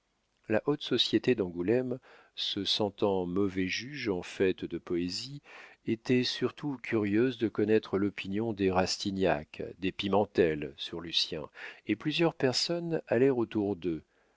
la haute société d'angoulême se sentant mauvais juge en fait de poésie était surtout curieuse de connaître l'opinion des rastignac des pimentel sur lucien et plusieurs personnes allèrent autour d'eux